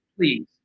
please